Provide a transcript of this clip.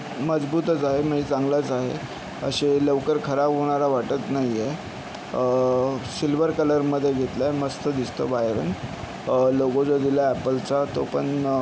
मजबुतच आहे म्हणजे चांगलाच आहे असे लवकर खराब होणारा वाटत नाहिये सिल्व्हर कलरमध्ये घेतलाय मस्त दिसतोय बाहेरून लोगो जो दिलाय ॲपलचा तो पन